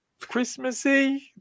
Christmassy